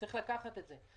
צריך לקחת את זה.